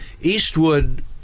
Eastwood